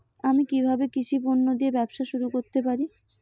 আমি কিভাবে কৃষি পণ্য দিয়ে ব্যবসা শুরু করতে পারি?